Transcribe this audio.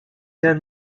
then